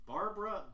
Barbara